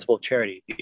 charity